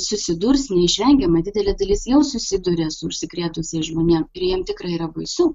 susidurs neišvengiamai didelė dalis jau susiduria su užsikrėtusiais žmonėm ir jiem tikrai yra baisu